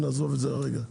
נעזוב את זה כרגע,